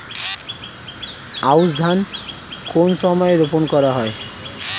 আউশ ধান কোন সময়ে রোপন করা হয়?